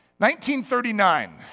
1939